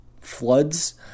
floods